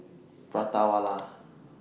Prata Wala